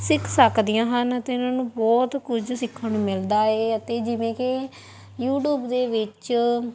ਸਿੱਖ ਸਕਦੀਆਂਂ ਹਨ ਅਤੇ ਉਹਨਾਂ ਨੂੰ ਬਹੁਤ ਕੁਝ ਸਿੱਖਣ ਨੂੰ ਮਿਲਦਾ ਹੈ ਅਤੇ ਜਿਵੇਂ ਕਿ ਯੂਟਿਊਬ ਦੇ ਵਿੱਚ